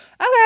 Okay